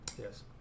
Yes